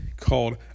called